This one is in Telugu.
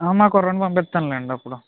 మా కుర్రోడిని పంపిస్తాను లేండి అప్పుడు